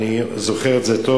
אני זוכר את זה טוב,